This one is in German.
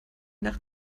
nach